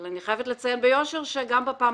אבל אני חייבת לציין ביושר שגם בפעם